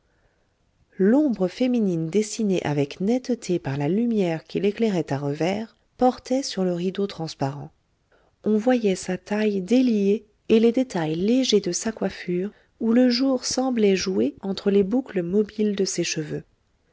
l'ombre féminine dessinée avec netteté par la lumière qui l'éclairait à revers portait sur le rideau transparent on voyait sa taille déliée et les détails légers de sa coiffure où le jour semblait jouer entre les boucles mobiles de ses cheveux